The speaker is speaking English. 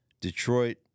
Detroit